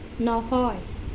নহয়